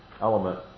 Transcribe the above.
element